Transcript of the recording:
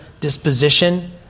disposition